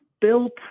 built